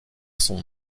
son